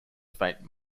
faint